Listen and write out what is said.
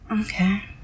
Okay